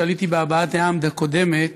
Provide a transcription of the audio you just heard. כשעליתי בהבעת הדעה הקודמת,